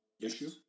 issue